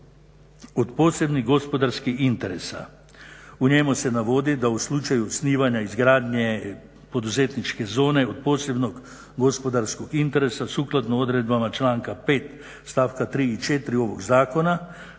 od posebnih gospodarskih interesa. U njemu se navodi da u slučaju osnivanja izgradnje poduzetničke zone od posebnog gospodarskog interesa sukladno odredbama članka 5. stavka 3. i 4. ovog zakona